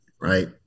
right